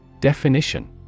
Definition